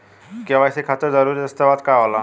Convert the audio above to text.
KYC खातिर जरूरी दस्तावेज का का होला?